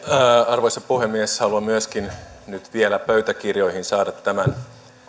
arvoisa puhemies haluan myöskin nyt vielä pöytäkirjoihin saada tämän